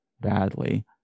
badly